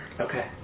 Okay